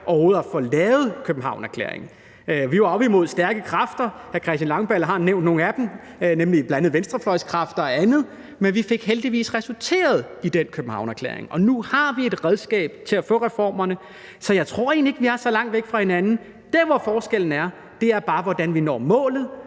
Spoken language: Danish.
overhovedet at få lavet Københavnererklæringen. Vi var oppe imod stærke kræfter, og hr. Christian Langballe har nævnt nogle af dem, bl.a. venstrefløjskræfter og andet, men det resulterede heldigvis i den Københavnererklæring, og nu har vi et redskab til at få reformerne. Så jeg tror egentlig ikke, at vi er så langt væk fra hinanden. Der, hvor forskellen er, er bare, hvordan vi når målet,